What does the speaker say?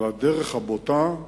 אבל הדרך הבוטה,